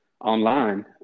online